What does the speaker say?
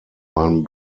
meinem